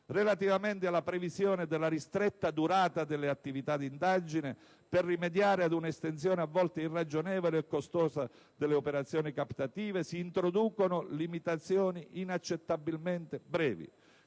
Relativamente alla previsione della ristretta durata delle attività di indagine per rimediare ad un'estensione a volte irragionevole e costosa delle operazioni captative, si introducono limitazioni temporali inaccettabilmente brevi